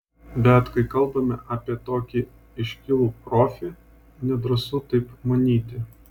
bet kai kalbame apie tokį iškilų profį nedrąsu taip manyti